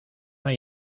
hay